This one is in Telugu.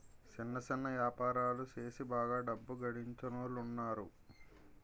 సిన్న సిన్న యాపారాలు సేసి బాగా డబ్బు గడించినోలున్నారు